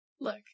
Look